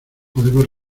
podemos